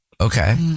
Okay